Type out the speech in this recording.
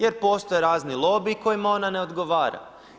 Jer postoje razni lobiji kojima ona ne odgovara.